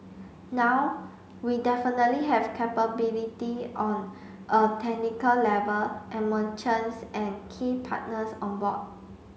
now we definitely have capability on a technical level and merchants and key partners on board